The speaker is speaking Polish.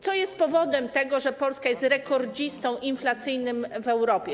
Co jest powodem tego, że Polska jest rekordzistą inflacyjnym w Europie?